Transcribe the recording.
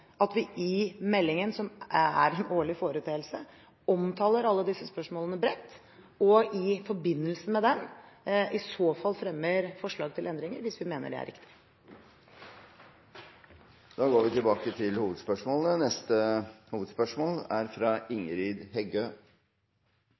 at vi i meldingen som er en årlig foreteelse, omtaler alle disse spørsmålene bredt og i forbindelse med den i så fall fremmer forslag til endringer hvis vi mener det er riktig. Vi går til neste hovedspørsmål. Spørsmålet mitt går til fiskeriministeren. Torsken og kvitfisknæringa er